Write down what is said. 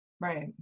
Right